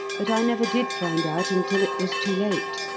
but i never did find out until it was too late.